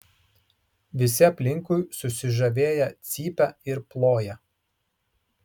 visi aplinkui susižavėję cypia ir ploja